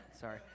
Sorry